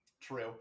true